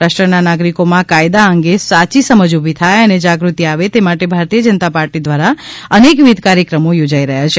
રાષ્ટ્રના નાગરિકોમાં કાયદા અંગે સાચી સમજ ઉભી થાય અને જાગૃતિ આવે એ માટે ભારતીય જનતા પાર્ટી દ્વારા અનેકવિધ કાર્યક્રમો યોજાઈ રહ્યા છે